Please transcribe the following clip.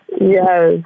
Yes